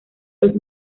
los